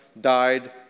died